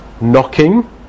Knocking